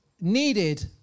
needed